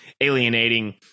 alienating